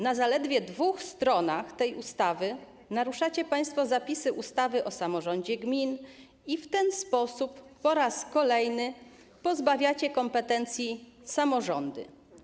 Na zaledwie dwóch stronach tej ustawy naruszacie państwo zapisy ustawy o samorządzie gmin i w ten sposób po raz kolejny pozbawiacie kompetencji samorządy.